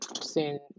seen